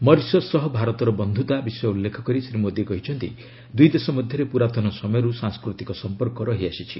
Mauritius ସହ ଭାରତର ବନ୍ଧୁତା ବିଷୟ ଉଲ୍ଲେଖ କରି ଶ୍ରୀ ମୋଦୀ କହିଛନ୍ତି ଦୁଇଦେଶ ମଧ୍ୟରେ ପୂରାତନ ସମୟରୁ ସାଂସ୍କୃତିକ ସଂପର୍କ ରହିଆସିଛି